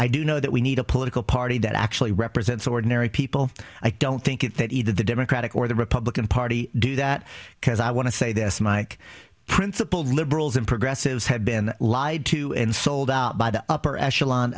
i do know that we need a political party that actually represents ordinary people i don't think it that either the democratic or the republican party do that because i want to say this my principal liberals and progressives have been lied to and sold out by the upper echelon